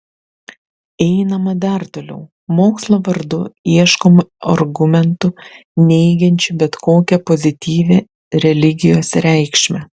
einama dar toliau mokslo vardu ieškoma argumentų neigiančių bet kokią pozityvią religijos reikšmę